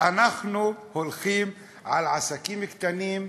אנחנו הולכים על עסקים קטנים,